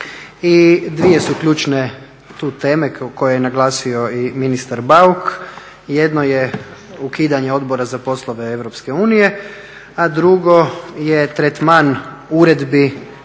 dvije su ključne tu teme koje je naglasio i ministar Bauk. Jedno je ukidanje odbora za poslove EU, a drugo je tretman uredbi